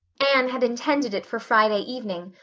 anne had intended it for friday evening,